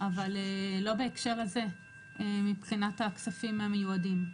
אבל לא בהקשר הזה מבחינת הכספים המיועדים.